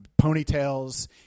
ponytails